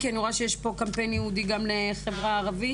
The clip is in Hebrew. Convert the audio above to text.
כי אני רואה שיש פה קמפיין ייעודי גם לחברה הערבית.